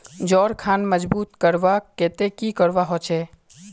जोड़ खान मजबूत करवार केते की करवा होचए?